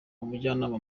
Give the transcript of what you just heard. umujyanama